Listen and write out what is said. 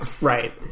right